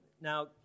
Now